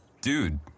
dude